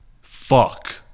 fuck